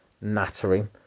nattering